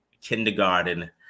kindergarten